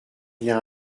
via